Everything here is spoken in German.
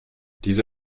diese